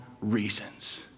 reasons